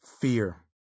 Fear